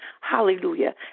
Hallelujah